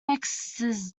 mixes